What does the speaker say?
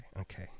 okay